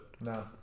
No